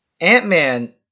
Ant-Man